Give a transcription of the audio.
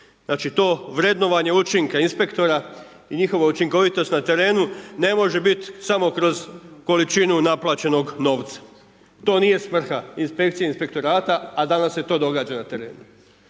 Znači, to vrednovanje učinka inspektora i njihova učinkovitost na terenu, ne može bit samo kroz količinu naplaćenog novca. To nije svrha inspekcije, inspektorata, a danas se to događa na terenu.